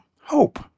hope